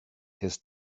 his